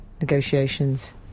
negotiations